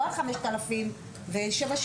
לא על 5,000. טוב,